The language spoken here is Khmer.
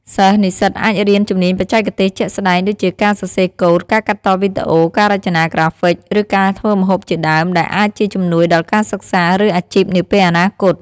សិស្សនិស្សិតអាចរៀន ជំនាញបច្ចេកទេស ជាក់ស្តែង ដូចជាការសរសេរកូដ ការកាត់តវីដេអូ ការរចនាក្រាហ្វិក ឬការធ្វើម្ហូបជាដើម ដែលអាចជាជំនួយដល់ការសិក្សា ឬអាជីពនាពេលអនាគត។